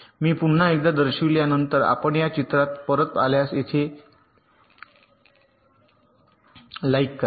मी पुन्हा एकदा दर्शविल्या नंतर आपण या चित्रात परत आल्यास येथे लाईक करा